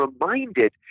reminded